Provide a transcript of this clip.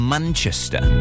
Manchester